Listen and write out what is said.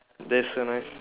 that's so nice